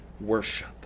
worship